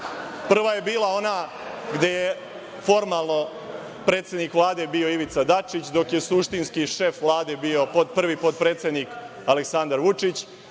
Prva je bila ona gde je formalno predsednik Vlade bio Ivica Dačić, dok je suštinski šef Vlade bio prvi potpredsednik Aleksandar Vučić,